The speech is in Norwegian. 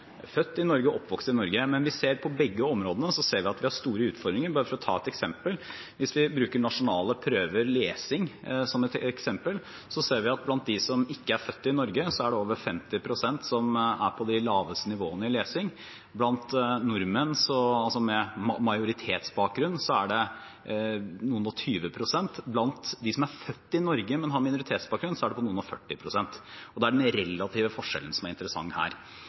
oppvokst i Norge. Men på begge områdene ser vi at vi har store utfordringer. Bare for å ta et eksempel: Hvis vi bruker nasjonale prøver for lesing som eksempel, ser vi at blant dem som ikke er født i Norge, er over 50 pst. på de laveste nivåene i lesing. Blant nordmenn med majoritetsbakgrunn er det noen og tjue prosent. Blant dem som er født i Norge, men har minoritetsbakgrunn, er det noen og førti prosent. Det er den relative forskjellen som er interessant her.